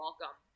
welcome